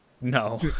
No